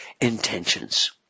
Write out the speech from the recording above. intentions